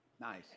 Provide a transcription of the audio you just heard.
Nice